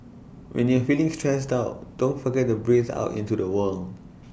when you are feeling stressed out don't forget to breathe out into the void